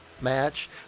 match